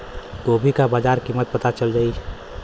गोभी का बाजार कीमत पता चल जाई?